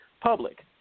public